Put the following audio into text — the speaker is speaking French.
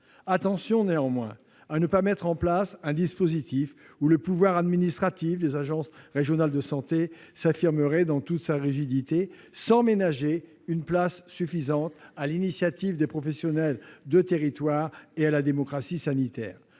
Veillons néanmoins à ne pas mettre en place un dispositif au travers duquel le pouvoir administratif des agences régionales de santé s'affirmerait dans toute sa rigidité, sans ménager une place suffisante à l'initiative des professionnels de territoire et à la démocratie sanitaire.